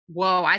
Whoa